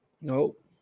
Nope